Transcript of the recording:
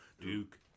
Duke